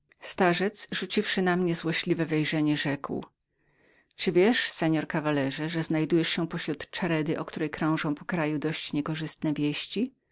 starzec rzuciwszy na mnie złośliwie wejrzenie rzekł czy wiesz pan że znajdujesz się pośród czeredy o której krążą po kraju dość niekorzystne wieści